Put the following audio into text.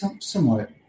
somewhat